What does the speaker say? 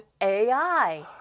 AI